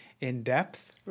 in-depth